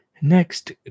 next